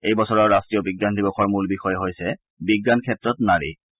এই বছৰৰ ৰাষ্টীয় বিজ্ঞান দিৱসৰ মূল বিষয় হৈছে 'বিজ্ঞানক্ষেত্ৰত নাৰী'